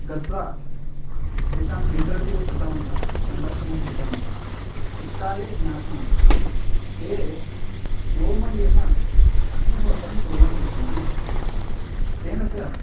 गत्वा तेषां इण्ट्रव्यूव् कृतवन्तः सन्दर्शनं कृतवन्तः तत्काले ज्ञातं यत् ते गोमयेन अग्निहोत्रं कुर्वन्ति स्म इति तेन च